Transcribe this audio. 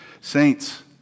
Saints